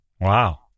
Wow